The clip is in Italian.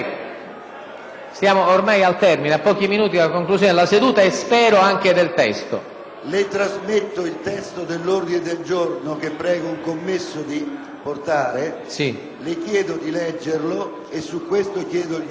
le trasmetto il testo dell'ordine del giorno, che prego un assistente di portarle. Le chiedo di leggerlo e su questo chiedo il voto elettronico